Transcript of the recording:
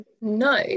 No